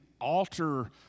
alter